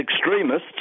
extremists